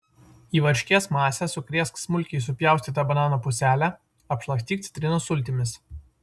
į varškės masę sukrėsk smulkiai supjaustytą banano puselę apšlakstyk citrinos sultimis